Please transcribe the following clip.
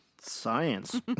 Science